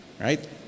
right